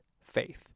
faith